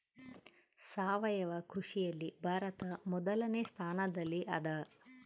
ಸಾವಯವ ಕೃಷಿಯಲ್ಲಿ ಭಾರತ ಮೊದಲನೇ ಸ್ಥಾನದಲ್ಲಿ ಅದ